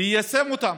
ויישם אותן.